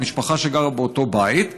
למשפחה שגרה באותו בית,